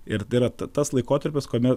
ir tai yra tas laikotarpis kuomet